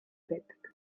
байдаг